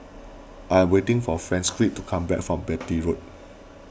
I am waiting for Francisqui to come back from Beatty Road